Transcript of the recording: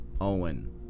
Owen